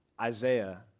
Isaiah